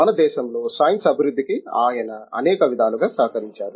మన దేశంలో సైన్స్ అభివృద్ధికి ఆయన అనేక విధాలుగా సహకరించారు